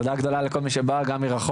תודה גדולה לכל מי שבא גם מרחוק,